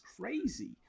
crazy